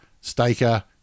Staker